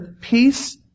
peace